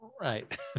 Right